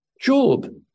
Job